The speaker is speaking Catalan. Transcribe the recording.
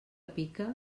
pica